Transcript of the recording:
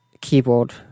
keyboard